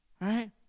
Right